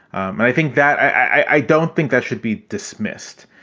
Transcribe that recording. and i think that i don't think that should be dismissed.